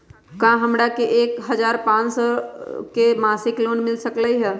का हमरा के एक हजार पाँच सौ के मासिक लोन मिल सकलई ह?